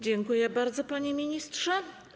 Dziękuję bardzo, panie ministrze.